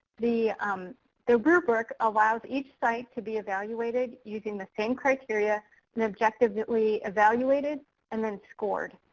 the um the rubric allows each site to be evaluated using the same criteria and objective that we evaluated and then scored.